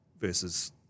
versus